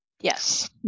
Yes